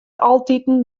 altiten